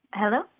hello